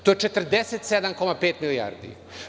To je 47,5 milijardi.